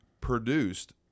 produced